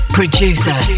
producer